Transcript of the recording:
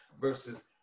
versus